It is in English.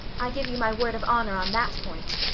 i give you my word of honor on that point.